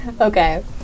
Okay